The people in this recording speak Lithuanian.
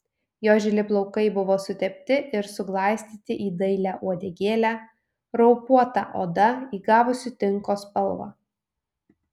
jo žili plaukai buvo sutepti ir suglaistyti į dailią uodegėlę raupuota oda įgavusi tinko spalvą